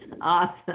awesome